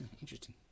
Interesting